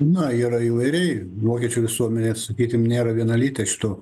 na yra įvairiai vokiečių visuomenė sakykim nėra vienalytė šituo